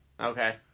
Okay